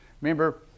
remember